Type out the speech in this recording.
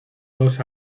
dos